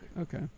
Okay